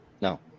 No